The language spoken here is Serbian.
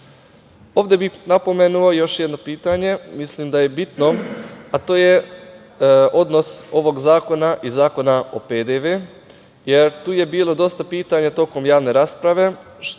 bih napomenuo još jedno pitanje, mislim da je bitno, a to je odnos ovog zakona i Zakona o PDV, jer tu je bilo dosta pitanja tokom javne rasprave